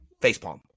facepalm